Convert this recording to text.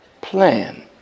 plan